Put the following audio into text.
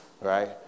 right